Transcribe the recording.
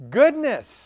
goodness